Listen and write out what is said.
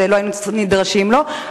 לא היינו נדרשים לו,